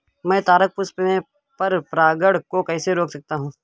मैं तारक पुष्प में पर परागण को कैसे रोक सकता हूँ?